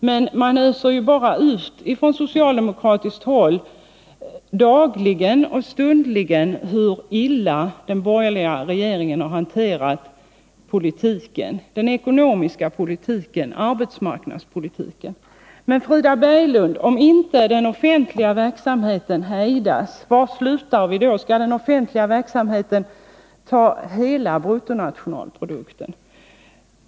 Det gäller speciellt som det dagligen och stundligen från socialdemokratiskt håll upprepas hur illa den borgerliga regeringen har hanterat den ekonomiska politiken och arbetsmarknadspolitiken. Jag vill fråga Frida Berglund: Om inte den offentliga verksamheten hejdas, var slutar vi då? Skall den offentliga verksamheten ta hela bruttonationalprodukten?